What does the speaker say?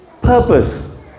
purpose